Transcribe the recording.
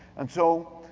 and so,